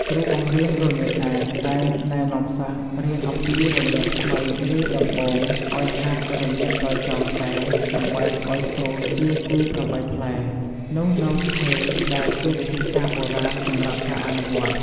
គ្រូបង្រៀនរនាតឯកតែងណែនាំសិស្សរៀនអំពីរនាតថ្មីឬដំបូងឲ្យហាត់រនាតដោយចងខ្សែ ដើម្បីឲ្យសូរជាគូ៨ផ្លែនោះនៅស្ថេរដែលជាវិធីសាស្ត្របុរាណសម្រាប់ការអនុវត្ត។